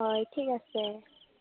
হয় ঠিক আছে